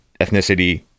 ethnicity